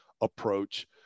approach